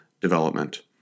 development